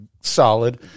solid